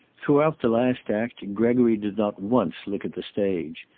throughout the last act gregory did not once look at the stage.